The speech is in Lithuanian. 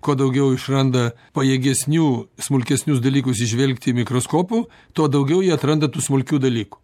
kuo daugiau išranda pajėgesnių smulkesnius dalykus įžvelgti mikroskopų tuo daugiau jie atranda tų smulkių dalykų